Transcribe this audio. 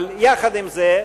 אבל יחד עם זה,